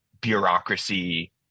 bureaucracy